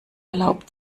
erlaubt